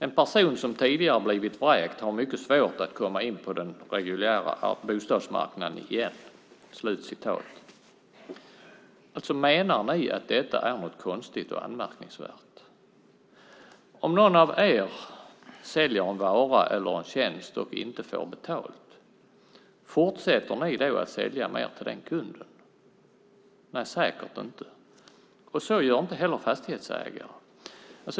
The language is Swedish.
"En person som tidigare blivit vräkt har mycket svårt att komma in på den reguljära bostadsmarkanden igen." Menar ni att detta är konstigt och anmärkningsvärt? Om någon av er säljer en vara eller en tjänst och inte får betalt, fortsätter ni då att sälja mer till den kunden? Säkert inte. Så gör inte heller fastighetsägare.